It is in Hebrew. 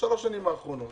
בשלוש השנים האחרונות